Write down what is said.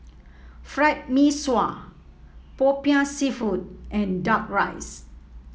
Fried Mee Sua popiah seafood and duck rice